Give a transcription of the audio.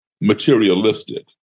materialistic